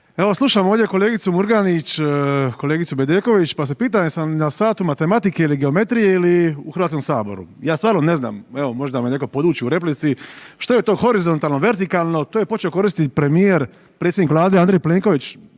Murganić, kolegicu Bedeković, pa se pitam jesam na satu matematike ili geometrije ili u Hrvatskom saboru. Ja stvarno ne znam, evo možda me netko poduči u replici što je to horizontalno, vertikalno, to je počeo koristiti premijer predsjednik Vlade nedavno i